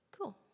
Cool